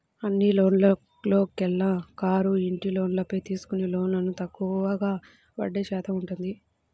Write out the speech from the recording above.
అన్ని లోన్లలోకెల్లా కారు, ఇంటి లోన్లపై తీసుకునే లోన్లకు తక్కువగా వడ్డీ శాతం ఉంటుంది